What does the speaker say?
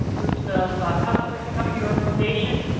groups of customers who come into your organization,